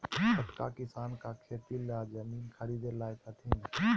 छोटका किसान का खेती ला जमीन ख़रीदे लायक हथीन?